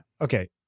Okay